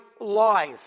life